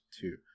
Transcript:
two